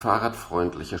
fahrradfreundliche